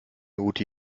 gute